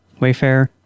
Wayfair